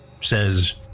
says